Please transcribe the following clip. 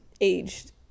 aged